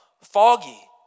foggy